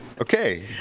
Okay